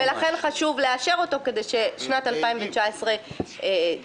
לכן חשוב לאשר אותו כדי שהפחתת המכס בשנת 2019 תידחה.